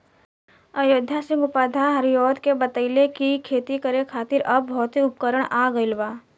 अयोध्या सिंह उपाध्याय हरिऔध के बतइले कि खेती करे खातिर अब भौतिक उपकरण आ गइल बा